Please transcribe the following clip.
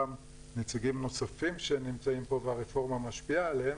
נציגים נוספים שנמצאים פה והרפורמה משפיעה עליהם,